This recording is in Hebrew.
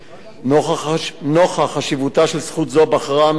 נוכח חשיבותה של זכות זו בחרה המשטרה,